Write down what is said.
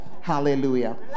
Hallelujah